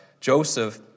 Joseph